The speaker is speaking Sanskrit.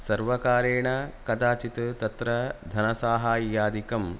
सर्वकारेण कदाचित् तत्र धनसाहाय्यादिकं